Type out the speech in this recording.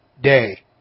Day